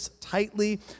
tightly